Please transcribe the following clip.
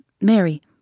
Mary